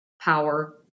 power